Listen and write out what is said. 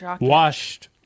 washed